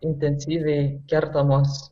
intensyviai kertamos